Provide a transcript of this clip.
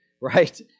right